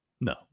No